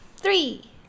Three